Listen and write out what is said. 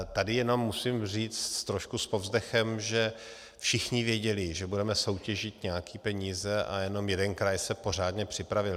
Tady jenom musím říct trošku s povzdechem, že všichni věděli, že budeme soutěžit nějaké peníze, a jenom jeden kraj se pořádně připravil.